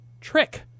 Trick